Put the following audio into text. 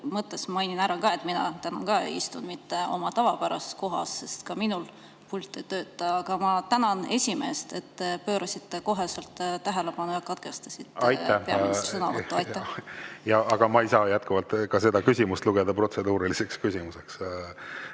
mõttes mainin ära, et ka mina ei istu täna oma tavapärasel kohal, sest ka minul pult ei tööta. Ma tänan esimeest, et te pöörasite sellele koheselt tähelepanu ja katkestasite peaministri sõnavõtu. Aitäh! Aga ma ei saa ka seda küsimust lugeda protseduuriliseks küsimuseks.